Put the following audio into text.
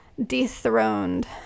dethroned